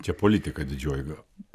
čia politika didžiuoji gal